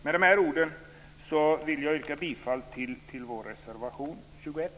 Med dessa ord yrkar jag bifall till vår reservation 21.